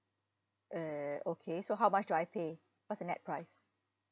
err okay so how much do I pay what's the net price